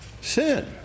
sin